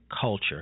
culture